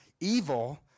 evil